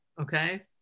okay